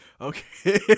Okay